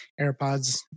AirPods